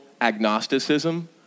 agnosticism